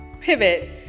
pivot